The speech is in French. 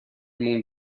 monde